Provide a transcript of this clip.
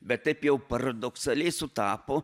bet taip jau paradoksaliai sutapo